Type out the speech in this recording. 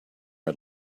had